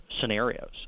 scenarios